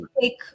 take